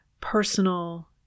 personal